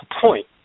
point